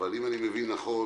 אבל אם אני מבין נכון,